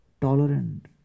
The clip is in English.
tolerant